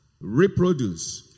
Reproduce